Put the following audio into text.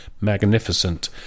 Magnificent